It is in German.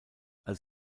als